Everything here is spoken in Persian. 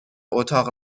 اتاق